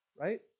right